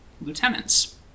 lieutenants